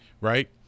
right